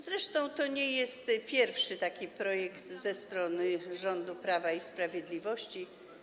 Zresztą to nie jest pierwszy taki projekt ze strony rządu Prawa i Sprawiedliwości.